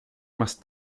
más